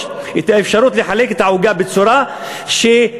את האפשרות לחלק את העוגה בצורה שתקפיץ,